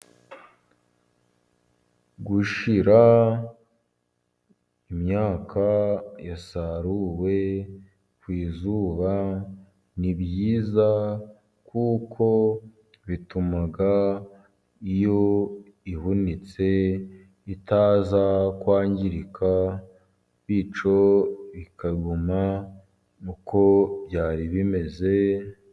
Gushyira imyaka yasaruwe ku izuba, ni byiza kuko bituma iyo ihunitse itaza kwangirika, bityo bikaguma uko byari bimeze.